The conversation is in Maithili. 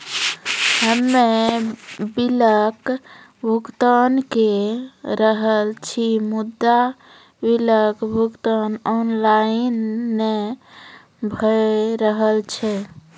हम्मे बिलक भुगतान के रहल छी मुदा, बिलक भुगतान ऑनलाइन नै भऽ रहल छै?